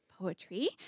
Poetry